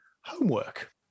homework